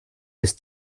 ist